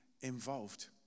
involved